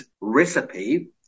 recipe